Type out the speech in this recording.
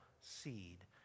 seed